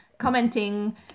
commenting